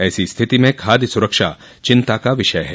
ऐसी स्थिति में खाद्य सूरक्षा चिंता का विषय है